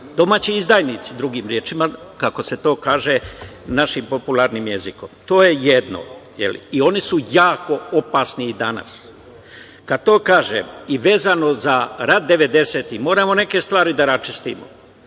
domaći izdajnici, drugim rečima, kako se to kaže našim popularnim jezikom. To je jedno, je li? I oni su jako opasni danas. Kada to kažem i vezano za rat 90-ih, moramo neke stvari da raščistimo.